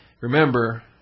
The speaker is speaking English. Remember